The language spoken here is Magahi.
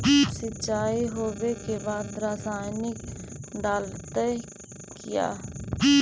सीचाई हो बे के बाद रसायनिक डालयत किया?